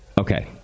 Okay